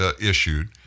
issued